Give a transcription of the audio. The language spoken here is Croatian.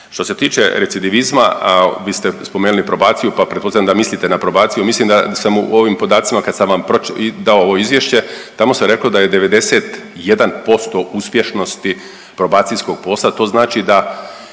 Što se tiče recidivizma, vi ste spomenuli probaciju pa pretpostavljam da mislite na probaciju, mislim da sam u ovim podacima kad sam vam dao ovo izvješće tamo se reklo da je 91% uspješnosti probacijskog posla. To znači da